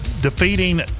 defeating